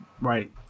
Right